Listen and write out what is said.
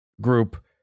group